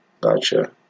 Gotcha